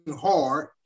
hard